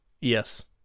Yes